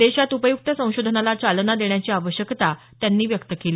देशात उपयुक्त संशोधनाला चालना देण्याची आवश्यकता त्यांनी व्यक्त केली